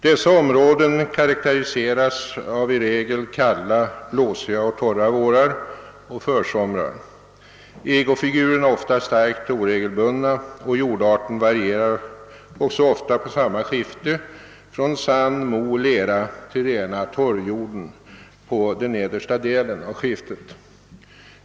Dessa områden karekteriseras i regel av kalla, blåsiga och torra vårar och försomrar. Ägofigurerna är ofta starkt oregelbundna och jordarten varierar också ofta på samma skifte från sand-, mooch lerjord till rena torvjorden på den nedersta delen av skiftet.